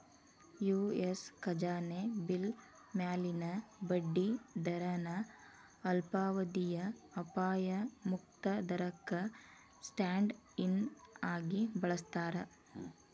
US ಖಜಾನೆ bill ಮ್ಯಾಲಿನ ಬಡ್ಡಿ ದರನ ಅಲ್ಪಾವಧಿಯ ಅಪಾಯ ಮುಕ್ತ ದರಕ್ಕ ಸ್ಟ್ಯಾಂಡ್ ಇನ್ ಆಗಿ ಬಳಸ್ತಾರ